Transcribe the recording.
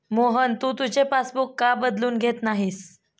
मोहन, तू तुझे पासबुक का बदलून घेत नाहीस?